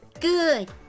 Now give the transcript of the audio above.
good